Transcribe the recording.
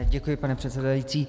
Děkuji, pane předsedající.